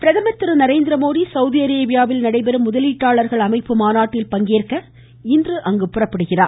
பிரதமர் திரு நரேந்திரமோடி சவுதி அரேபியாவில் நடைபெறும் முதலீட்டாளர்கள் அமைப்பு மாநாட்டில் பங்கேற்பதற்காக இன்று அங்கு புறப்படுகிறார்